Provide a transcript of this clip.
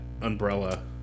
umbrella